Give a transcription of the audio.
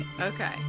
Okay